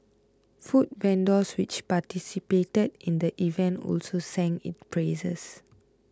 food vendors which participated in the event also sang its praises